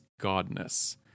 godness